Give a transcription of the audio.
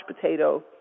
potato